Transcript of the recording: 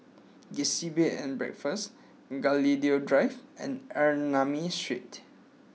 Gusti Bed and Breakfast Gladiola Drive and Ernani Street